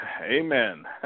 amen